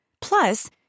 Plus